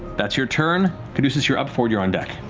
that's your turn. caduceus, you're up. fjord, you're on deck.